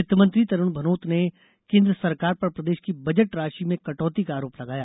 वित्तमंत्री तरूण भनौत ने केन्द्र सरकार पर प्रदेश की बजट राशि में कटौती का आरोप लगाया